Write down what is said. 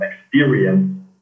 experience